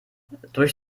durch